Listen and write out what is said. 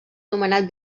nomenat